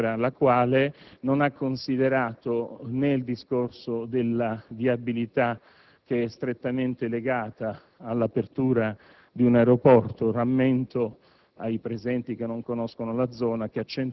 politica che - sottolineo - è di centro‑sinistra, la quale non ha considerato il discorso della viabilità che è strettamente legata all'apertura di un aeroporto. Rammento